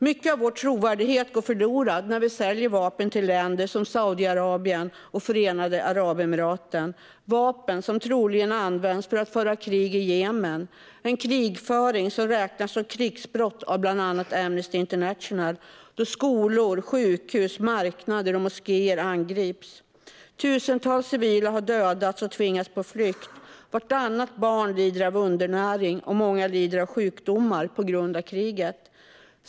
Mycket av vår trovärdighet går förlorad när vi säljer vapen till länder som Saudiarabien och Förenade Arabemiraten. Dessa vapen används troligen för att föra krig i Jemen. Det är en krigföring som räknas som krigsbrott av bland annat Amnesty International, där skolor, sjukhus, marknader och moskéer angripits. Tusentals civila har dödats och tvingats på flykt. Vartannat barn lider av undernäring, och många lider av sjukdomar på grund av kriget.